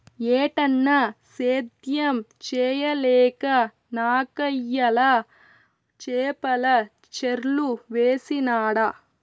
ఏటన్నా, సేద్యం చేయలేక నాకయ్యల చేపల చెర్లు వేసినాడ